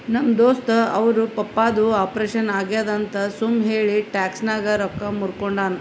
ನಮ್ ದೋಸ್ತ ಅವ್ರ ಪಪ್ಪಾದು ಆಪರೇಷನ್ ಆಗ್ಯಾದ್ ಅಂತ್ ಸುಮ್ ಹೇಳಿ ಟ್ಯಾಕ್ಸ್ ನಾಗ್ ರೊಕ್ಕಾ ಮೂರ್ಕೊಂಡಾನ್